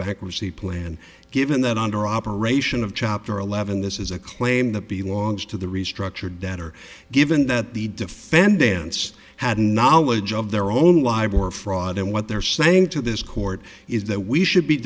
bankruptcy plan given that under operation of chapter eleven this is a claim that the logs to the restructured that are given that the defendants had knowledge of their own lives or fraud and what they're saying to this court is that we should be